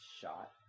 shot